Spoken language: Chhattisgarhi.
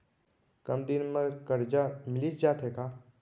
कम दिन बर करजा मिलिस जाथे का?